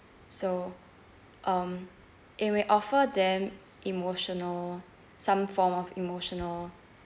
so um it will offer them emotional some form of emotional